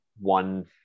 one